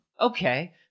Okay